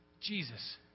Jesus